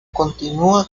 continúa